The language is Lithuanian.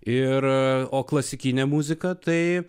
ir o klasikinę muziką tai